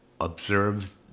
observe